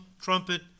trumpet